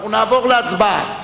אנחנו נעבור להצבעה